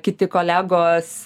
kiti kolegos